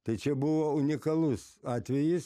tai čia buvo unikalus atvejis